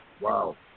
wow